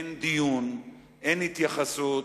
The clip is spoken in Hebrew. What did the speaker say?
אין דיון, אין התייחסות,